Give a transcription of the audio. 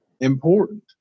important